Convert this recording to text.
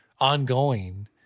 ongoing